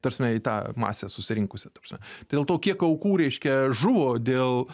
ta prasme į tą masę susirinkusią ta prasme tai dėl to kiek aukų reiškia žuvo dėl